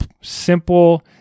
simple